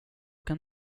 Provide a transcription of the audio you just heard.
kan